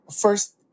first